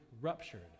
ruptured